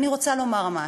אני רוצה לומר משהו,